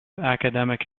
academic